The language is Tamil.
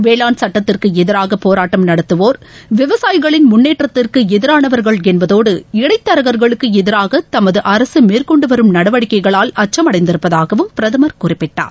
வேளாண் சட்டத்திற்கு எதிராக போராட்டம் நடத்துவோர் விவசாயிகளின் முன்னேற்றத்திற்கு எதிரானவர்கள் என்பதோடு இடைத் தரகர்களுக்கு எதிராக தமது அரசு மேற்கொண்டு வரும் நடவடிக்கைகளால் அச்சம் அடைந்திருப்பதாகவும் பிரதமர் குறிப்பிட்டார்